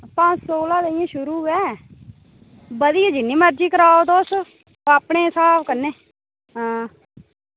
पंज सौ कोला लेइयै शुरू ऐ बधिया जिन्नी मर्जी कराओ तुस अपने स्हाब कन्नै हां